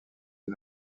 est